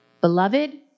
beloved